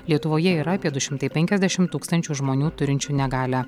lietuvoje yra apie du šimtai penkiasdešimt tūkstančių žmonių turinčių negalią